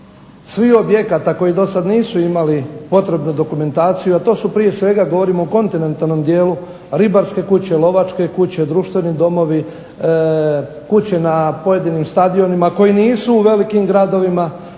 svih objekata koji do sada nisu imali potrebnu dokumentaciju a to su prije svega govorim o kontinentalnom dijelu ribarske kuće, lovačke kuće, društveni domovi, kuće na pojedinim stadionima koje nisu u velikim gradovima